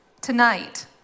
Tonight